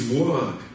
work